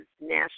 national